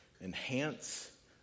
enhance